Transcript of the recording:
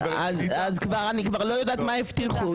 אז אני כבר לא יודעת מה הבטיחו.